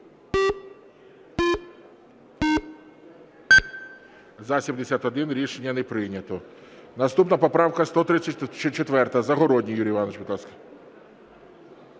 За-71 Рішення не прийнято. Наступна поправка 134. Загородній Юрій Іванович, будь ласка.